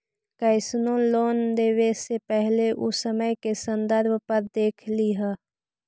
कइसनो लोन लेवे से पहिले उ समय के संदर्भ दर देख लिहऽ